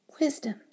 Wisdom